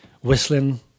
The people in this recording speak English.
whistling